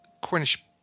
Cornish